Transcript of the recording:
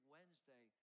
Wednesday